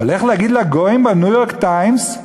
אבל ללכת להגיד לגויים ב"ניו-יורק טיימס"